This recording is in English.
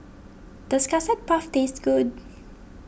does Custard Puff taste good